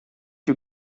you